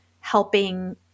helping